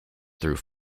through